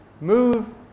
move